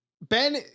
Ben